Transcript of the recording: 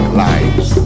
lives